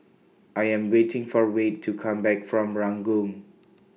I Am waiting For Wayde to Come Back from Ranggung